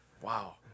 Wow